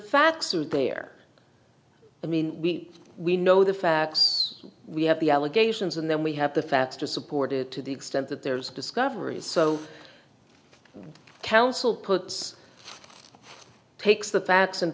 facts are there i mean we we know the facts we have the allegations and then we have the facts to support it to the extent that there's discoveries so council puts takes the facts and